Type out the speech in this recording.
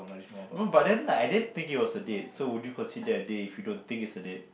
no but then like I didn't think it was a date so would you consider a date if you don't think it's a date